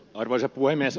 arvoisa puhemies